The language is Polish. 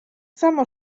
samo